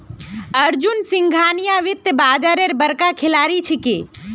अर्जुन सिंघानिया वित्तीय बाजारेर बड़का खिलाड़ी छिके